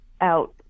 out